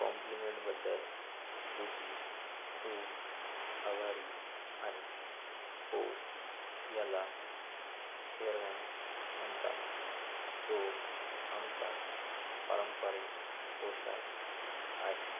कॉम्प्लिमेंटबद्दल तुझी खूप आभारी आहे हो याला फेरन म्हणतात तो आमचा पारंपरिक पोशाख आहे